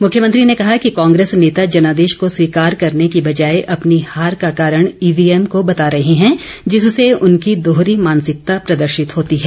मुख्यमंत्री ने कहा कि कांग्रेस नेता जनादेश को स्वीकार करने की बजाए अपनी हार का कारण ईवीएम को बता रहे हैं जिससे उनकी दोहरी मानसिकता प्रदर्शित होती है